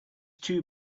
too